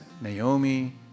Naomi